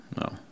No